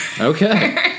Okay